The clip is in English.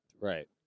Right